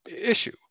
issue